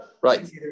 Right